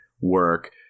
work